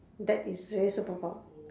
that is very superpower